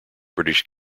british